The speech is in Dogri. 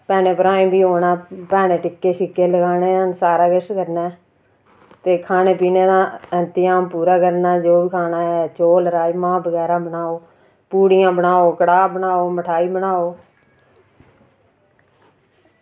भैनें भ्राएू बी औना भैनें टिक्के लगाने सारा किश करना ते खाने पीने दा इंतजाम पूरा करना जो बी खाना होऐ चौल राजमां बगैरा बनाओ पुड़िया बनाओ कड़ाह् बनाओ मठाइयां बनाओ